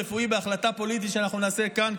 הרפואי בהחלטה פוליטית שאנחנו נעשה כאן,